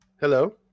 hello